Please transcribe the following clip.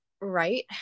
Right